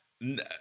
no